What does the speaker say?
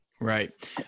Right